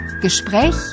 Gespräch